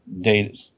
data